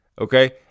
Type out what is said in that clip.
okay